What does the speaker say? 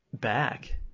back